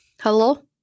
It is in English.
Hello